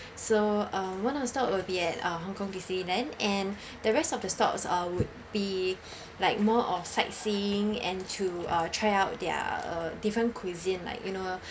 so uh one of stop will be at uh Hong-Kong disneyland and the rest of the stops uh would be like more of sightseeing and to uh try out their uh different cuisine like you know